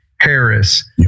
Harris